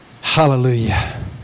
Hallelujah